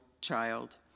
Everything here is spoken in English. child